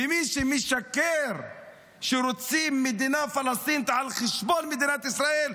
ומי שמשקר שרוצים מדינה פלסטינית על חשבון מדינת ישראל,